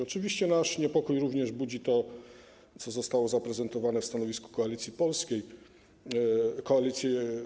Oczywiście nasz niepokój również budzi to, co zostało zaprezentowane w stanowisku Koalicji Obywatelskiej.